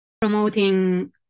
promoting